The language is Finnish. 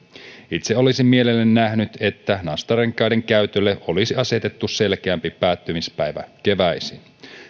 itse olisin mielelläni nähnyt että nastarenkaiden käytölle olisi asetettu selkeämpi päättymispäivä keväisin